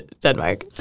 Denmark